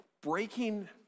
breaking